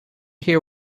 hear